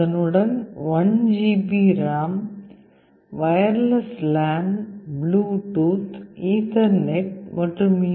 2 GHz Broadcom 64 bit CPU அதனுடன் 1 GB RAM wireless LAN Bluetooth Ethernet மற்றும் you